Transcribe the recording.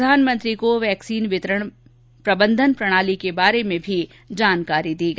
प्रधानमंत्री को वैक्सीन वितरण प्रबंधन प्रणाली के बारे में भी बताया गया